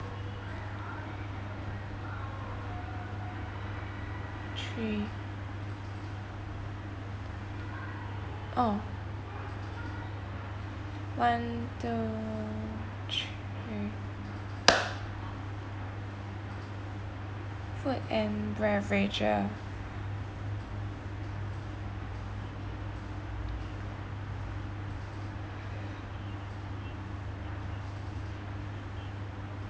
three orh one two three food and beverages